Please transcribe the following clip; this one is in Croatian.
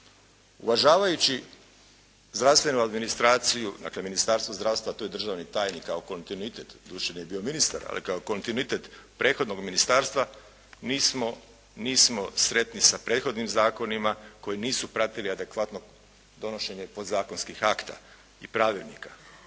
Uvažavajući zdravstvenu administraciju dakle Ministarstvo zdravstva, to je državni tajnik kao kontinuitet, doduše on je bio ministar, ali kao kontinuitet prethodnog ministarstva nismo sretni sa prethodnim zakonima koji nisu pratili adekvatno donošenje podzakonskih akta i pravilnika.